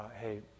Hey